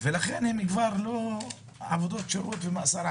ולכן כבר לא מטילים עבודות שירות ומאסר על